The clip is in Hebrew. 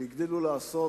והגדילו לעשות